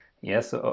Yes